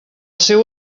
seu